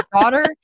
daughter